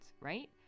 right